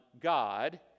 God